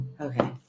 Okay